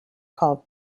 called